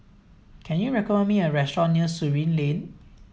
can you recall me a restaurant near Surin Lane